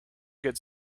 good